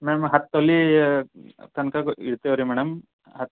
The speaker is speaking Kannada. ಮ್ಯಾಮ್ ಹತ್ತು ತೊಲೆ ತನಕ ಇಡ್ತೀವಿ ರೀ ಮೇಡಮ್ ಹಾಂ